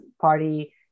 party